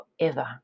forever